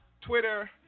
Twitter